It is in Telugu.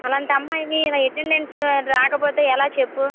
అలాంటి అమ్మాయివి ఇలా అటెండన్స్ రాకపోతే ఎలా చెప్పుము